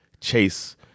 Chase